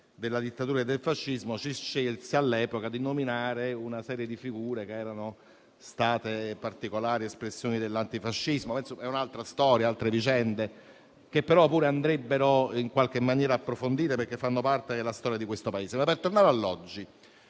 della dittatura e del fascismo si scelse di nominare una serie di figure che erano state particolari espressioni dell'antifascismo. È un'altra storia, sono altre vicende, che però pure dovrebbero essere approfondite, perché fanno parte della storia di questo Paese.